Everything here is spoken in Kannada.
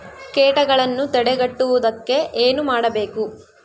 ಕೇಟಗಳನ್ನು ತಡೆಗಟ್ಟುವುದಕ್ಕೆ ಏನು ಮಾಡಬೇಕು?